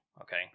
okay